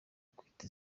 kwita